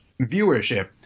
viewership